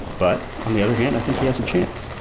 but on the other hand i think he has a chance,